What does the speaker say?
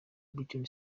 britney